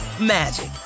magic